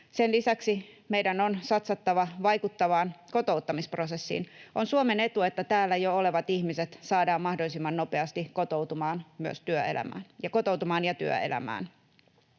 Sen lisäksi meidän on satsattava vaikuttavaan kotouttamisprosessiin. On Suomen etu, että täällä jo olevat ihmiset saadaan mahdollisimman nopeasti kotoutumaan ja työelämään.